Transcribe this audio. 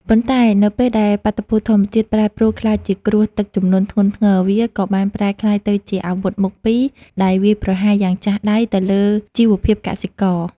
ប៉ុន្តែនៅពេលដែលបាតុភូតធម្មជាតិប្រែប្រួលក្លាយជាគ្រោះទឹកជំនន់ធ្ងន់ធ្ងរ វាក៏បានប្រែក្លាយទៅជាអាវុធមុខពីរដែលវាយប្រហារយ៉ាងចាស់ដៃទៅលើជីវភាពកសិករ។